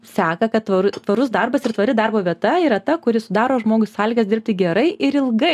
seka kad tvaru tvarus darbas ir tvari darbo vieta yra ta kuri sudaro žmogui sąlygas dirbti gerai ir ilgai